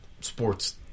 sports